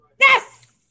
Yes